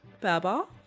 Baba